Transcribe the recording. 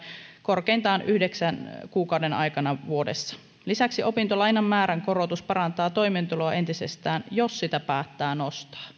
korkeintaan yhdeksän kuukauden ajan vuodessa lisäksi opintolainan määrän korotus parantaa toimeentuloa entisestään jos sitä päättää nostaa